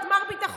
את מר ביטחון,